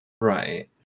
Right